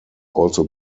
also